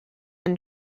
and